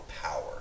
power